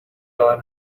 عالم